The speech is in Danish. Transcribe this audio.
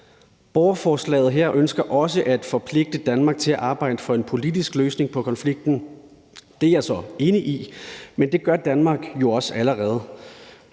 Borgerforslaget her ønsker også at forpligte Danmark til at arbejde for en politisk løsning på konflikten. Det er jeg så enig i. Men det gør Danmark jo også allerede.